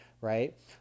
right